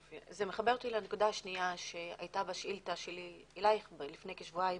זה מחבר אותי לנקודה השנייה שהייתה בשאילתה שלי אליך לפני כשבועיים.